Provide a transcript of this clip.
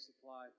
supply